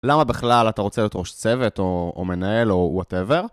למה בכלל אתה רוצה להיות ראש צוות או מנהל או וואטאבר?